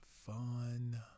fun